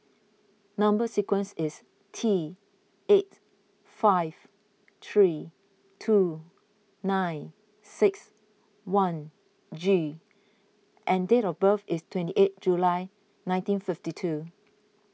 Number Sequence is T eight five three two nine six one G and date of birth is twenty eighth July nineteen fifty two